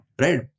right